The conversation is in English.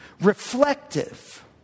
reflective